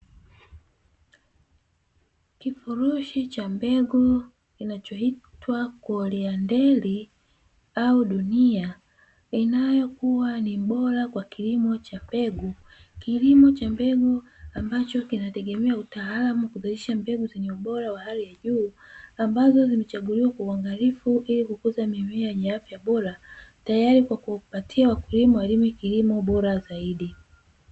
Kifurushi cha mbegu kinachoitwa "CORIANDER" au "DANIA", inayokua ni bora kwa kilimo cha mbegu. Kilimo cha mbegu ambacho kinategemea utaalamu wa kuzalisha mbegu zenye ubora wa hali ya juu, ambazo zimechaguliwa kwa uangalifu ili kukuza mimea hiyo yenye afya bora, tayari kwa kuwapatia wakulima walime kilimo bora zaidi.